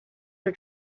are